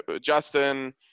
Justin